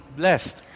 blessed